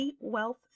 wealth